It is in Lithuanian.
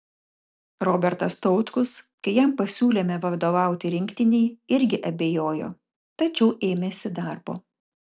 robertas tautkus kai jam pasiūlėme vadovauti rinktinei irgi abejojo tačiau ėmėsi darbo